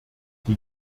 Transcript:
die